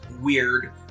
weird